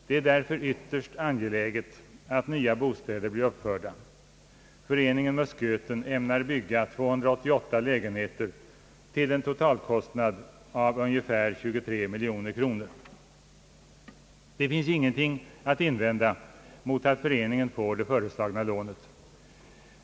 Det är därför ytterst angeläget att nya bostäder blir uppförda. Föreningen Musköten ämnar bygga 288 lägenheter till en totalkostnad av ungefär 23 miljoner kronor. Det finns ingenting att invända mot att föreningen får det föreslagna lånet.